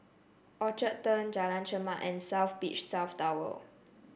Orchard Turn Jalan Chermat and South Beach South Tower